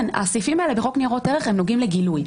הסעיפים האלה בחוק ניירות ערך הם נוגעים לגילוי.